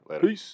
Peace